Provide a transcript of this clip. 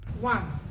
One